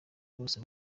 bose